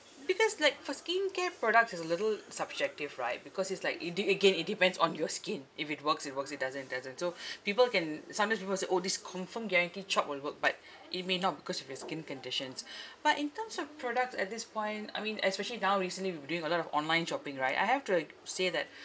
because like for skincare products it's a little subjective right because it's like it do again it depends on your skin if it works it works it doesn't it doesn't so people can sometimes people will say orh this confirm guarantee chop will work but it may not because of your skin conditions but in terms of products at this point I mean especially now recently we've been doing a lot of online shopping right I have to like say that